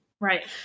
right